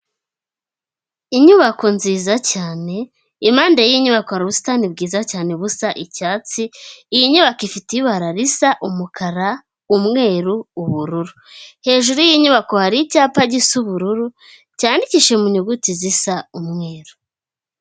Inyubako nziza cyane impande y'inyubako ubusitani bwiza cyane busa icyatsi, iyi nyubako ifite ibara risa umukara, umweru ubururu, hejuru y'inyubako hari icyapa gisa ubururu cyarikihishe mu nyuguti zisa umweru.